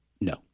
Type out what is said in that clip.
No